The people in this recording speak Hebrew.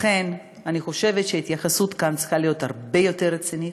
לכן אני חושבת שההתייחסות כאן צריכה להיות הרבה יותר רצינית.